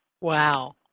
Wow